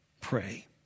pray